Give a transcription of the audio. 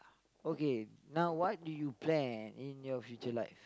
okay now what do you plan in your future life